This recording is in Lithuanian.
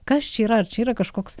kas čia yra ar čia yra kažkoks